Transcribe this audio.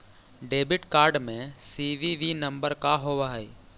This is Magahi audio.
डेबिट कार्ड में सी.वी.वी नंबर का होव हइ?